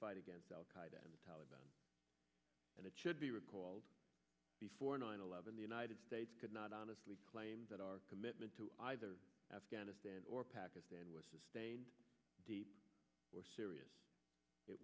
fight against al qaeda and the taliban and it should be recalled before nine eleven the united states could not honestly claim that our commitment to either afghanistan or pakistan was deep or serious it